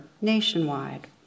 nationwide